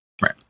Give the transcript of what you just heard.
right